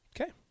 Okay